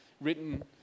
written